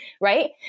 Right